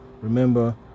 remember